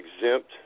exempt